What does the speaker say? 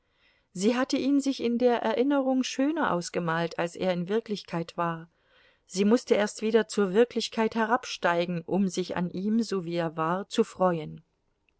sie hatte ihn sich in der erinnerung schöner ausgemalt als er in wirklichkeit war sie mußte erst wieder zur wirklichkeit herabsteigen um sich an ihm so wie er war zu freuen